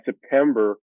September